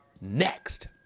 Next